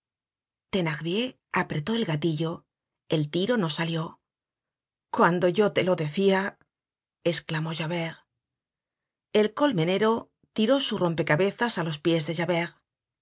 fallar thenardier apretó el gatillo el tiro no salió cuando yo te lo decia esclamó javert el colmenero tiró su rompe cabezas á los pies de javert